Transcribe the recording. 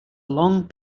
long